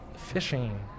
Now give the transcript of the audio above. Fishing